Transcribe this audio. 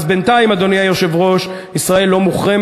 אז בינתיים, אדוני היושב-ראש, ישראל לא מוחרמת.